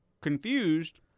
confused